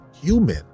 human